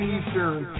Eastern